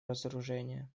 разоружения